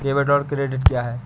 Debit और credit क्या है?